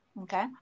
okay